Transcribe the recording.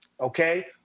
okay